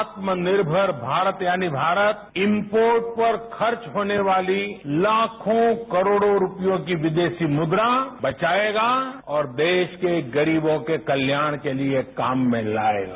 आत्मनिर्भर भारत यानी भारत इम्पोर्ट पर खर्च होने वाली लाखों करोड़ों रूपयों की विदेशी मुद्रा बचाएगा और देश के गरीबों के कल्याण के लिए काम में लाएगा